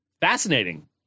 Fascinating